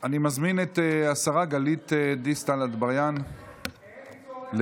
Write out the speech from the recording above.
אני מזמין את השרה גלית דיסטל אטבריאן לסכם.